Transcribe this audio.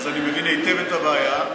אני מבין היטב את הבעיה.